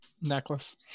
necklace